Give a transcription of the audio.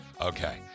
okay